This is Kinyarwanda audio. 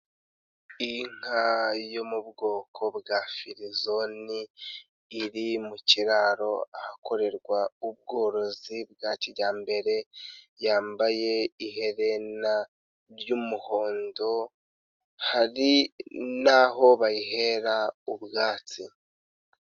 Inka yo mu bwoko bwa firizoni iri mu kiraro ahakorerwa ubworozi bwa kijyambere, yambaye iherena ry'umuhondo, hari n'aho bayihera ubwatsi.